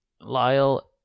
Lyle